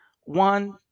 one